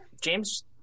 James